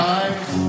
eyes